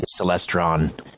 celestron